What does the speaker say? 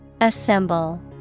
Assemble